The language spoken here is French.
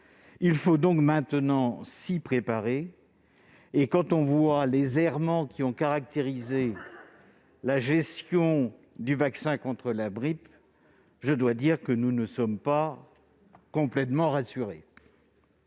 Il faut donc maintenant se préparer. Et quand on voit les errements qui ont caractérisé la gestion du vaccin contre la grippe, je dois dire que nous ne sommes pas complètement rassurés